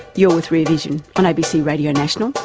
you're with rear vision on abc radio national.